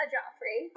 Joffrey